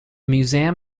museum